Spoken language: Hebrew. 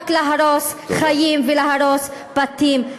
רק להרוס חיים ולהרוס בתים,